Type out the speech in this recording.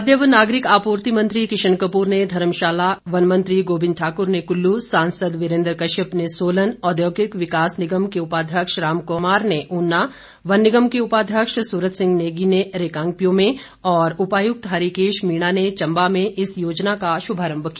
खाद्य व नागरिक आपूर्ति मंत्री किशन कपूर ने धर्मशाला वन मंत्री गोविंद ठाकुर ने कुल्लू सांसद वीरेन्द्र कश्यप ने सोलन औद्योगिक विकास निगम के उपाध्यक्ष राम कुमार ने ऊना वन निगम के उपाध्यक्ष सूरत सिंह नेगी ने रिकांगपिओ में और उपायुक्त हरिकेश मीणा ने चंबा में इस योजना का शुभारंभ किया